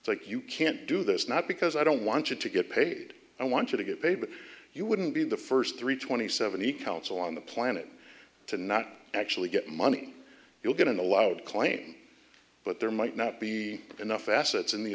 so you can't do this not because i don't want you to get paid i want you to get paid but you wouldn't be the first three twenty seven e counsel on the planet to not actually get money you'll get an allowed claim but there might not be enough assets in the